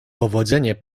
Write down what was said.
powodzenie